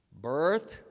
birth